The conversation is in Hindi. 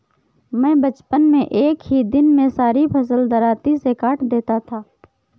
मैं बचपन में एक ही दिन में सारी फसल दरांती से काट देता था